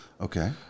Okay